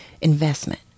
investment